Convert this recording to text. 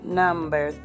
number